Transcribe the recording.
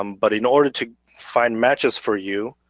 um but in order to find matches for you,